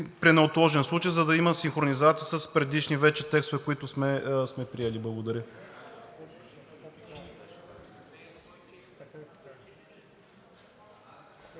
друг неотложен случай“, за да има синхронизация с вече предишни текстове, които сме приели. Благодаря.